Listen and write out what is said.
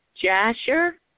Jasher